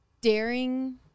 daring